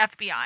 FBI